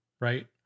right